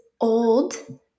old